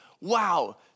wow